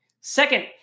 Second